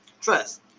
trust